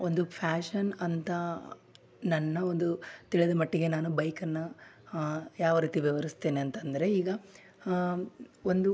ಒಂದು ಫ್ಯಾಶನ್ ಅಂತ ನನ್ನ ಒಂದು ತಿಳಿದ ಮಟ್ಟಿಗೆ ನಾನು ಬೈಕನ್ನ ಯಾವ ರೀತಿ ವಿವರಿಸ್ತೇನೆ ಅಂತಂದರೆ ಈಗ ಒಂದು